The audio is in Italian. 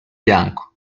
bianco